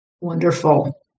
wonderful